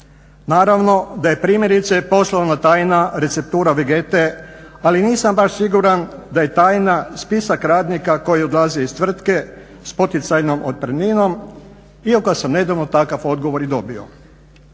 Naravno da je primjerice poslovna tajna receptura Vegete, ali nisam baš siguran da je tajna spisak radnika koji odlazi iz tvrtke s poticajnom otpremninom iako sam nedavno takav odgovor i dobio.